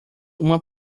uma